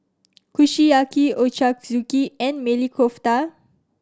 Kushiyaki Ochazuke and Maili Kofta